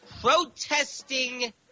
Protesting